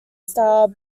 style